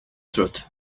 truth